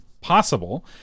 possible